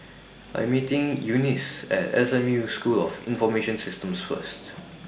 I Am meeting Eunice At S M U School of Information Systems First